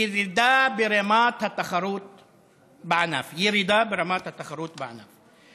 ירידה ברמת התחרות בענף, ירידה ברמת התחרות בענף.